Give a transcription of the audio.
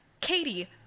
katie